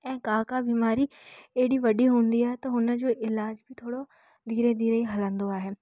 ऐं का का बीमारी एॾी वॾी हूंदी आहे त हुन जो इलाज बि थोरो धीरे धीरे हलंदो आहे